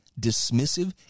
dismissive